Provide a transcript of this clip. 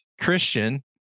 Christian